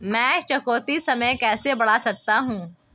मैं चुकौती समय कैसे बढ़ा सकता हूं?